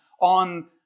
on